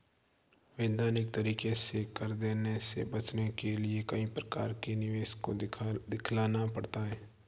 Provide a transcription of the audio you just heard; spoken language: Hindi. वैधानिक तरीके से कर देने से बचने के लिए कई प्रकार के निवेश को दिखलाना पड़ता है